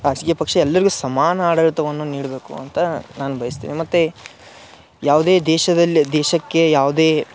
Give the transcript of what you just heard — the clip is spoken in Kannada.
ಖಾಸಗಿ ಪಕ್ಷ ಎಲ್ಲರಿಗು ಸಮಾನ ಆಡಳಿತವನ್ನು ನೀಡಬೇಕು ಅಂತ ನಾನು ಬಯಸ್ತೇನೆ ಮತ್ತು ಯಾವುದೇ ದೇಶದಲ್ಲಿ ದೇಶಕ್ಕೆ ಯಾವುದೇ